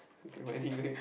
to get my